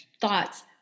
thoughts